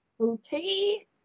Okay